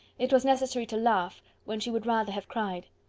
it was necessary to laugh, when she would rather have cried.